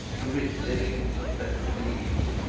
to rich livings and pleasant glebes,